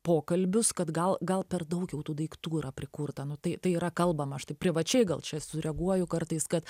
pokalbius kad gal gal per daug jau tų daiktų yra prikurta nu tai tai yra kalbama štai privačiai gal čia sureaguoju kartais kad